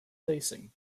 facing